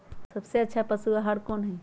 सबसे अच्छा पशु आहार कोन हई?